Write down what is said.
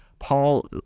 Paul